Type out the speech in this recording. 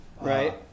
Right